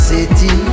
City